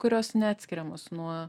kurios neatskiriamos nuo